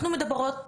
אנחנו מדברות,